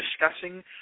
discussing